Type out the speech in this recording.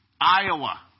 Iowa